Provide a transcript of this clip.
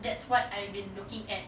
that's what I've been looking at